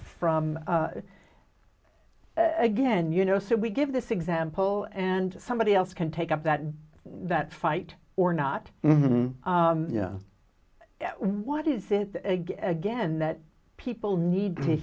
from again you know so we give this example and somebody else can take up that that fight or not you know what is it again that people need to